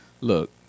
Look